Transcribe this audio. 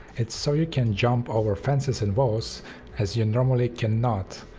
it's so you can jump over fences and walls as you normally cannot.